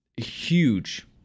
huge